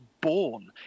born